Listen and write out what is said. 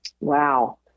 Wow